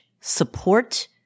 support